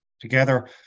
together